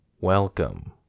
Welcome